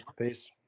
Peace